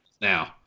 now